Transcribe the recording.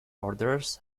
orders